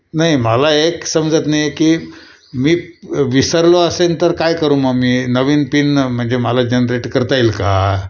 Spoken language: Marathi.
नाही मला एक समजत नाही आहे की मी विसरलो असेन तर काय करू मग मी नवीन पिन म्हणजे मला जनरेट करता येईल का